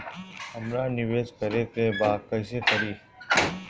हमरा निवेश करे के बा कईसे करी?